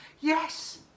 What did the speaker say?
Yes